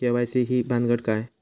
KYC ही भानगड काय?